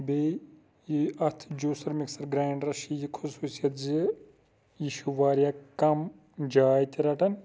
بیٚیہِ یہِ اَتھ جوسَر مِکسَر گِرَینڈَرَس چھ یہِ خُصوصِیَت زِ یہِ چھُ وارِیاہ کَم جاے تہِ رَٹان